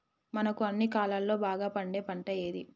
మనకు అన్ని కాలాల్లో బాగా పండే పంట ఏది?